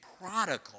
prodigal